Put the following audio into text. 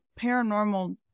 Paranormal